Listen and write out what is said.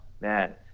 man